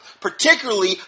particularly